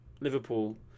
Liverpool